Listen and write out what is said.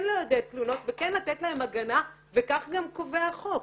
לעודד תלונות וכן לתת להם הגנה וכך גם קובע החוק.